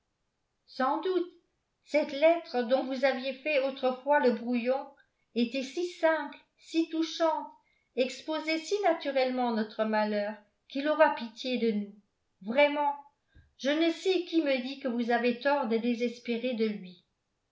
sans doute cette lettre dont vous aviez fait autrefois le brouillon était si simple si touchante exposait si naturellement notre malheur qu'il aura pitié de nous vraiment je ne sais qui me dit que vous avez tort de désespérer de lui